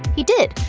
he did,